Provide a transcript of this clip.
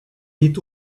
met